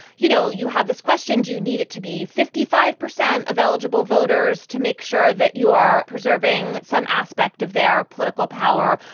you know, you have this question, do you need it to be fifty five percent of eligible voters to make sure that you are preserving some aspect of their political power?